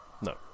No